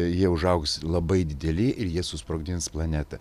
jie užaugs labai dideli ir jie susprogdins planetą